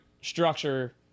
structure